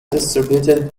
distributed